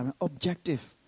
objective